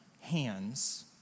hands